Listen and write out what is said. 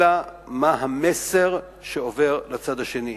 אלא מה המסר שעובר לצד השני.